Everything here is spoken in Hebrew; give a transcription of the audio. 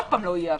שוב לא יהיה אוויר.